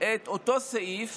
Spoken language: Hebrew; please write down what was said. את אותו סעיף